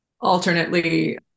alternately